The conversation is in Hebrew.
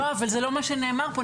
אבל זה לא מה שנאמר פה.